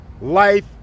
life